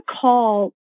call